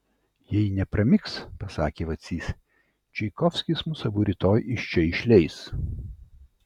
jei nepramigs pasakė vacys čaikovskis mus abu rytoj iš čia išleis